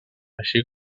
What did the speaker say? així